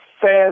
fast